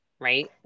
Right